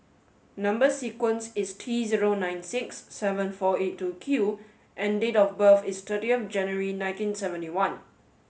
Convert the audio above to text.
number sequence is T zero nine six seven four eight two Q and date of birth is thirty of January nineteen seventy one